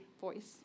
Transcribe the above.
voice